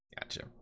Gotcha